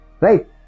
right